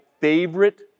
favorite